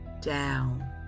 down